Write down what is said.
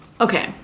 Okay